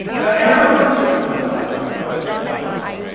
but everyone in this room has an iphone, first and foremost.